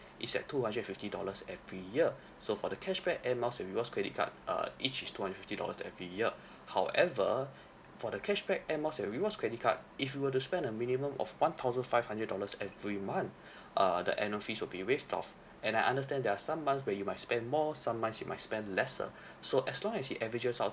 it's at two hundred fifty dollars every year so for the cashback air miles and rewards credit card uh each is two hundred fifty dollars every year however for the cashback air miles and rewards credit card if you were to spend a minimum of one thousand five hundred dollars every month uh the annual fees would be waived off and I understand there are some months you might spend more some months you might spend lesser so as long as it averages out